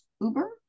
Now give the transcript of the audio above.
Uber